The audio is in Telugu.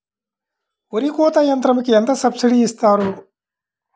వరి కోత యంత్రంకి ఎంత సబ్సిడీ ఇస్తారు?